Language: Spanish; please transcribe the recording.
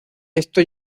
esto